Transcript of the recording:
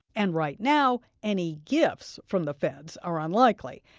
and right now, any gifts from the feds are unlikely.